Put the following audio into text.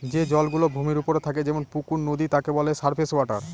যে জল গুলো ভূমির ওপরে থাকে যেমন পুকুর, নদী তাকে বলে সারফেস ওয়াটার